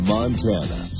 Montana